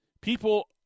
People